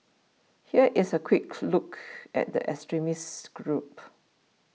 here is a quick look at the extremist group